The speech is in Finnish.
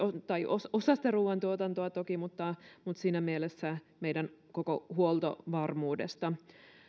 tai osasta ruoantuotantoa toki mutta mutta siinä mielessä meidän koko huoltovarmuudesta